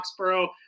Foxborough